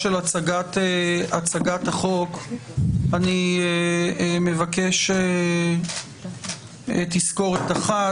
להצגת החוק אני מבקש תזכורת אחת.